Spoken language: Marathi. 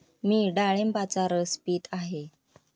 मी डाळिंबाचा रस पीत आहे